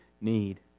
need